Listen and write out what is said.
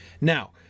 Now